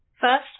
First